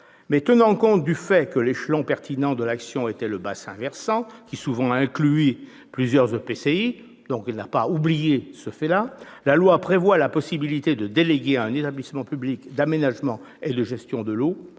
Mais tenant compte du fait que l'échelon pertinent de l'action était le bassin-versant, qui incluait souvent plusieurs EPCI- la loi n'a donc pas non plus oublié cette réalité -, la loi a prévu la possibilité de déléguer à un établissement public d'aménagement et de gestion de l'eau,